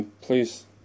please